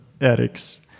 Eric's